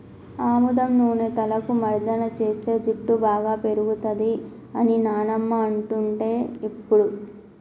ఆముదం నూనె తలకు మర్దన చేస్తే జుట్టు బాగా పేరుతది అని నానమ్మ అంటుండే ఎప్పుడు